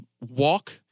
walk